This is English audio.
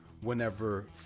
whenever